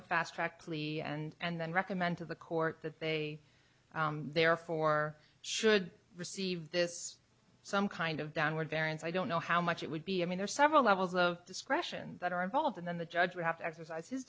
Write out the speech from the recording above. a fast track plea and then recommend to the court that they therefore should receive this some kind of downward variance i don't know how much it would be i mean there are several levels of discretion that are involved and then the judge would have to exercise his